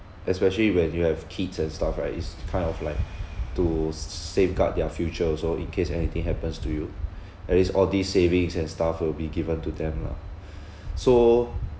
especially when you have kids and stuff right it's kind of like to s~ safeguard their future also in case anything happens to you at least all these savings and stuff will be given to them lah so